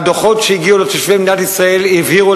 והדוחות שהגיעו לתושבי מדינת ישראל הבהירו